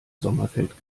sommerfeld